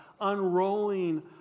unrolling